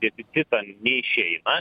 deficitą neišeina